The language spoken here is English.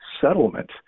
settlement